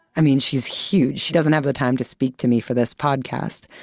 i mean she's huge. she doesn't have the time to speak to me for this podcast.